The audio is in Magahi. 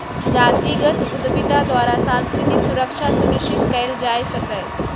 जातिगत उद्यमिता द्वारा सांस्कृतिक सुरक्षा सुनिश्चित कएल जा सकैय